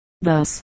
thus